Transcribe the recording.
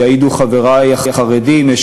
יעידו חברי החרדים בוועדה,